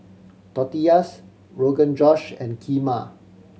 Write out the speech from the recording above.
Tortillas Rogan Josh and Kheema